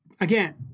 again